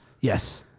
Yes